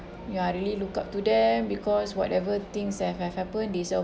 ya really look up to them because whatever things that have happened they survive